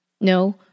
No